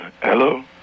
Hello